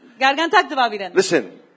Listen